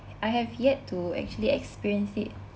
I have yet to actually experience it